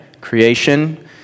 Creation